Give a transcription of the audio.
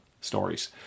stories